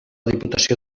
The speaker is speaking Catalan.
diputació